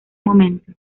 momento